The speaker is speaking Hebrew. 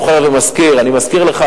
שוכר ומשכיר: אני משכיר לך,